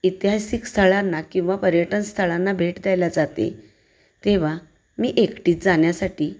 ऐतिहासिक स्थळांना किंवा पर्यटन स्थळांना भेट द्यायला जाते तेव्हा मी एकटी जाण्यासाठी